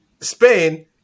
Spain